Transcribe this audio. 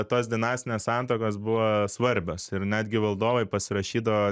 tos dinastinės santuokos buvo svarbios ir netgi valdovai pasirašydavo